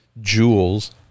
jewels